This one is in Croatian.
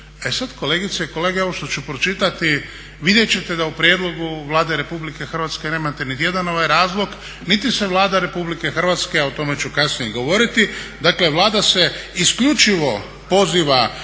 E sad kolegice i kolege, ovo što ću pročitati, vidjet ćete da u prijedlogu Vlade Republike Hrvatske nemate nijedan razlog niti se Vlada Republike Hrvatske, a o tome ću kasnije govoriti, dakle Vlada se isključivo poziva